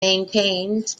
maintains